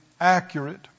accurate